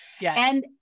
yes